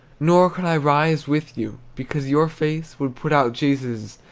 nor could i rise with you, because your face would put out jesus',